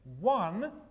one